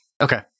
Okay